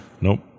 Nope